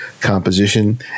composition